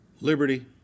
liberty